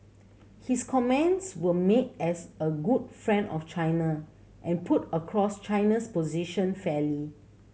his comments were made as a good friend of China and put across China's position fairly